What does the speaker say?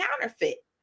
counterfeit